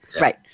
Right